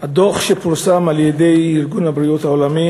הדוח שפורסם על-ידי ארגון הבריאות העולמי